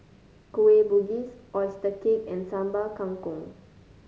Kueh Bugis oyster cake and Sambal Kangkong